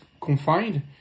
confined